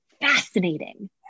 fascinating